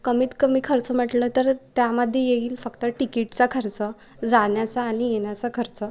कमीत कमी खर्च म्हटलं तर त्यामध्ये येईल फक्त टिकीटचा खर्च जाण्याचा आणि येण्याचा खर्च